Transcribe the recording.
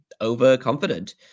overconfident